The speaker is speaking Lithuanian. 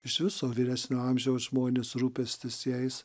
iš viso vyresnio amžiaus žmonės rūpestis jais